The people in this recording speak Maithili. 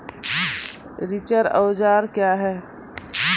रिचर औजार क्या हैं?